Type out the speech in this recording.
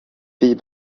pays